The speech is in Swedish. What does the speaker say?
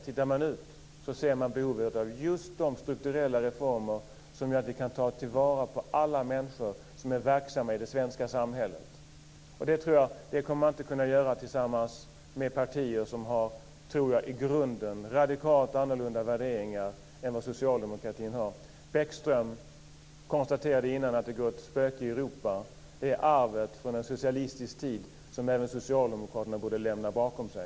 Vi ser behovet av de strukturella reformer som gör att vi kan ta till vara på alla de människor som är verksamma i det svenska samhället. Det går inte att göra tillsammans med partier som i grunden har radikalt andra värderingar än vad socialdemokratin har. Bäckström konstaterade att det går ett spöke i Europa. Det är arvet från en socialistisk tid som även Socialdemokraterna borde lämna bakom sig.